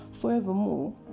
forevermore